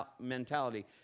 mentality